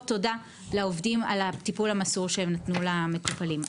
תודה לעובדים על הטיפול המסור שהם נתנו למטופלים.